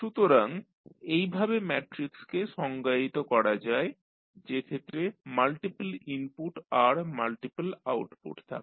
সুতরাং এইভাবে ম্যাট্রিক্সকে সংজ্ঞায়িত করা যায় যেক্ষেত্রে মাল্টিপল ইনপুট আর মাল্টিপল আউটপুট থাকে